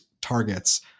targets